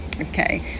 Okay